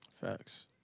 Facts